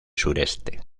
sureste